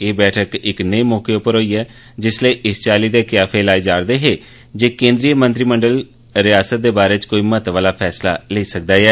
ए बैठक इक नेय मौके होई ऐ जिस्तै इस चाल्ली दे कयाफे लाये जा'रदे हे जे केंद्रीय मंत्रिमंडल रियासत दे बारै च कोई महत्वै आहला फैसला लेई सकदा ऐ